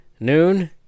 Noon